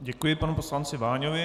Děkuji panu poslanci Váňovi.